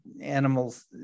animals